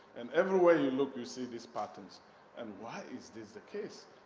and everywhere you look, you see these patterns and why is this the case?